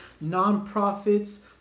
non-profits